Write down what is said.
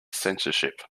censorship